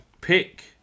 Pick